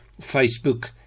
facebook